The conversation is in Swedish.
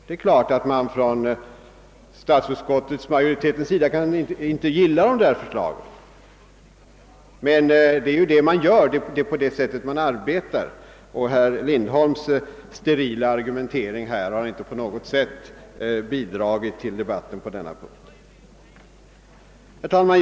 Det är klart att statsutskottsmajoriteten inte gillar de förslag som sålunda framlagts i detta ärende, men det är på det sättet man arbetar. Herr Lindholms sterila argumentering har däremot inte på något sätt berikat debatten. Herr talman!